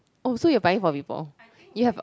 oh so you're buying for people you have a